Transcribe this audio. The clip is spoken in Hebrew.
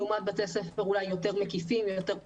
לעומת בתי ספר יותר מקיפים ויותר פתוחים.